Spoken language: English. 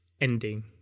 ending